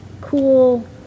Cool